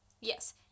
Yes